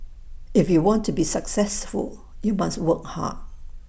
if you want to be successful you must work hard